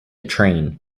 train